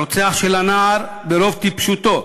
הרוצח של הנער, ברוב טיפשותו,